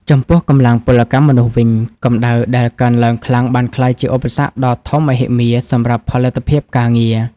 ចំពោះកម្លាំងពលកម្មមនុស្សវិញ កម្ដៅដែលកើនឡើងខ្លាំងបានក្លាយជាឧបសគ្គដ៏ធំមហិមាសម្រាប់ផលិតភាពការងារ។